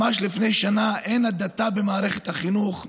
ממש לפני שנה: אין הדתה במערכת החינוך.